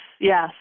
yes